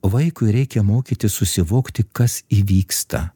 vaikui reikia mokytis susivokti kas įvyksta